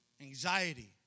anxiety